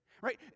Right